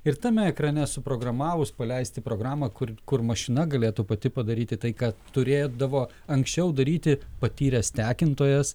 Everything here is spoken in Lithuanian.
ir tame ekrane suprogramavus paleisti programą kur kur mašina galėtų pati padaryti tai ką turėdavo anksčiau daryti patyręs tekintojas